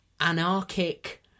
anarchic